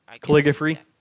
calligraphy